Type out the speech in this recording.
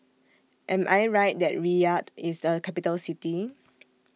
Am I Right that Riyadh IS A Capital City